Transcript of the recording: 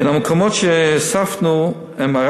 המקומות שהוספנו MRI,